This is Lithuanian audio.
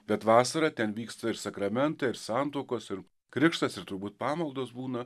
bet vasarą ten vyksta ir sakramentai ir santuokos ir krikštas ir turbūt pamaldos būna